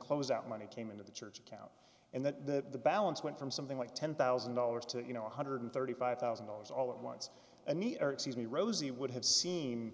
close out money came into the church account and that the balance went from something like ten thousand dollars to you know one hundred thirty five thousand dollars all at once and we are exceedingly rosie would have seen